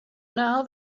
now